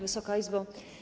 Wysoka Izbo!